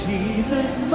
Jesus